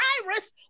virus